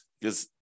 because-